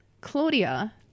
Claudia